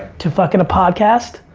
to fuckin a podcast,